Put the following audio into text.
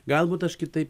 galbūt aš kitaip